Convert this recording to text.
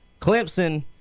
Clemson